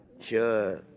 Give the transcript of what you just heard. Sure